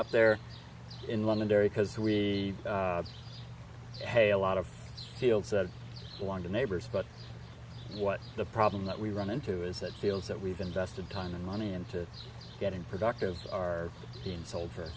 up there in london dairy because we have a lot of fields that want to neighbors but what's the problem that we run into is it feels that we've invested time and money into getting productive are being sold for